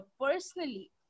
personally